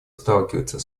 сталкивается